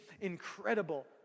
incredible